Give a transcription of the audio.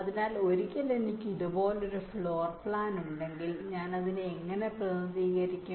അതിനാൽ ഒരിക്കൽ എനിക്ക് ഇതുപോലൊരു ഫ്ലോർ പ്ലാൻ ഉണ്ടെങ്കിൽ ഞാൻ അതിനെ എങ്ങനെ പ്രതിനിധീകരിക്കും